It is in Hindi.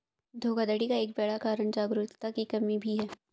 धोखाधड़ी का एक बड़ा कारण जागरूकता की कमी भी है